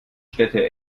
städte